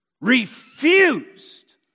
refused